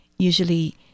usually